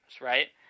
right